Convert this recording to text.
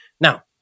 Now